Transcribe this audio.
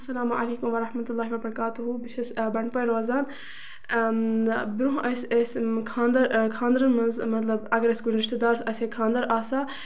اَسلام علیکُم ورحمت اللہ وبرکاتہُ بہٕ چھَس بنڈپورِ روزان اۭں برونہہ ٲسۍ أسۍ خاندر خاندرٕ مٔنزۍ اوس اَسہِ کانہہ رِشتہٕ دارس آسہِ ہے خاندر آسان